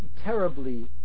terribly